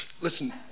listen